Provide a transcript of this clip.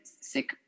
sick